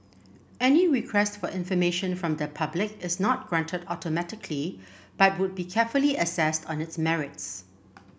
any request for information from the public is not granted automatically but would be carefully assessed on its merits